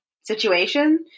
situation